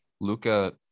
luca